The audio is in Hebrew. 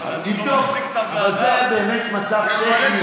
אבל זה באמת היה מצב טכני.